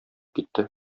китте